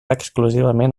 exclusivament